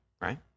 right